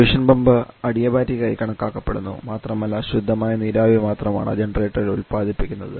solution pump adiabatic ആയി കണക്കാക്കപ്പെടുന്നു മാത്രമല്ല ശുദ്ധമായ നീരാവി മാത്രമാണ് ജനറേറ്ററിൽ ഉത്പാദിപ്പിക്കുന്നത്